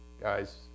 Guys